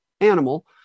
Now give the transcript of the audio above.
animal